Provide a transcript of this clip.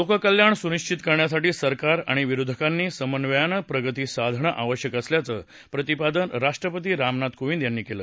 लोककल्याण सुनिश्वित करण्यासाठी सरकार आणि विरोधकांनी समन्वयानं प्रगती साधणं आवश्यक असल्याचं प्रतिपादन राष्ट्रपती रामनाथ कोविंद यांनी केलं